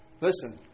Listen